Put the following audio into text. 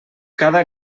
cada